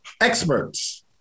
experts